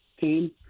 team